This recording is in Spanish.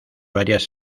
varias